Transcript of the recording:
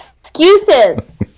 excuses